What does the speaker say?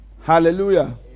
Hallelujah